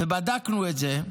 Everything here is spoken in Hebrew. בדקנו את זה,